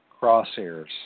crosshairs